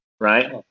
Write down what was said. right